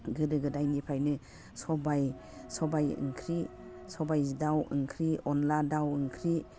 गोदो गोदायनिफ्रायनो सबाइ सबाइ ओंख्रि सबाइ दाउ ओंख्रि अनला दाउ ओंख्रि